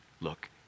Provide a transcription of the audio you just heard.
look